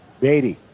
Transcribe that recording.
Beatty